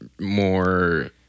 more